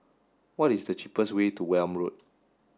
what is the cheapest way to Welm Road